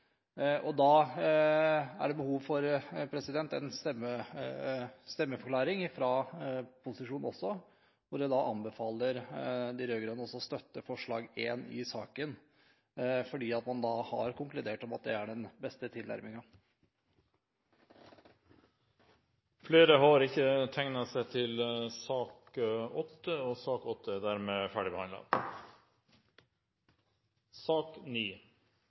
Da er det behov for en stemmeforklaring også fra posisjonen, hvor jeg anbefaler de rød-grønne å støtte forslag nr. 1 i saken, fordi man har konkludert med at det er den beste tilnærmingen. Flere har ikke bedt om ordet til sak nr. 8. Etter ønske fra helse- og